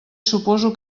suposo